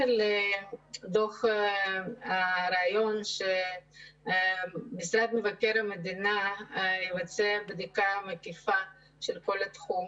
לגבי הרעיון שמשרד מבקר המדינה יבצע בדיקה מקיפה של כל התחום,